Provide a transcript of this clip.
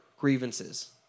grievances